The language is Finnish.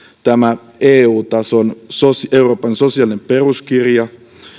tämä eu tason euroopan sosiaalinen peruskirja